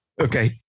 Okay